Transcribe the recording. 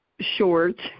short